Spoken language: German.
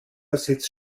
sitzt